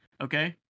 Okay